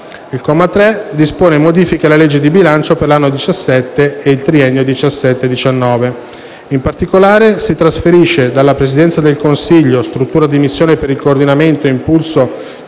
Il comma 3 dispone modifiche alla legge di bilancio per l'anno 2017 e per il triennio 2017-2019. In particolare, si trasferisce dalla Presidenza del Consiglio (Struttura di missione per il coordinamento e impulso